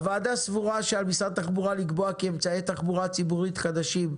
הוועדה סבורה שעל משרד התחבורה לקבוע כי אמצעי תחבורה ציבורית חדשים,